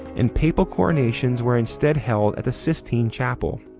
and papal coronations were instead held at the sistine chapel.